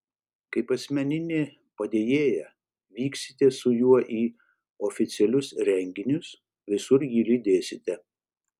kaip asmeninė padėjėja vyksite su juo į oficialius renginius visur jį lydėsite